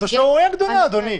זאת שערורייה גדולה, אדוני.